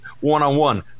one-on-one